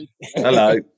Hello